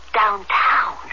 downtown